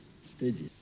Stages